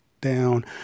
down